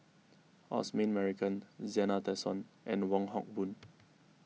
Osman Merican Zena Tessensohn and Wong Hock Boon